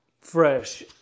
fresh